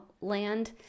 land